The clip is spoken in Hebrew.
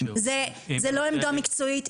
זו לא עמדה מקצועית.